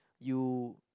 you